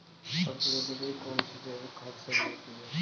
सब्जियों के लिए कौन सी जैविक खाद सही होती है?